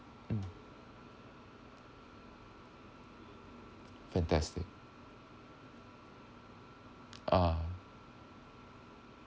um fantastic uh